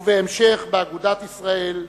ובהמשך באגודת ישראל,